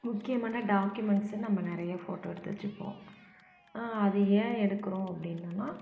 முக்கியமான டாக்யூமெண்ட்ஸு நம்ம நிறையா ஃபோட்டோ எடுத்து வச்சிப்போம் அது ஏன் எடுக்குறோம் அப்படின்னோன்னா